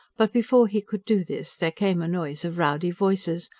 but before he could do this there came a noise of rowdy voices,